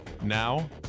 Now